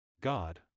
God